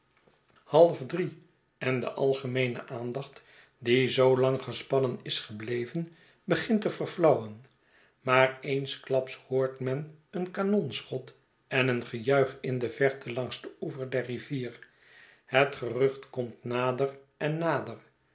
half drie en de algemeene aandacht die zoo lang gespannen is gebieven begint te verflauwen maar eensklaps hoort men een kanonschot en een gejuich in de verte langs den oever der rivier het gerucht komt nader en nader